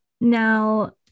now